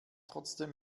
trotzdem